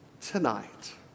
tonight